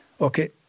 Okay